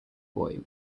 boy